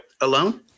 alone